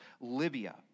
Libya